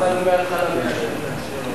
מההתחלה מי אשם.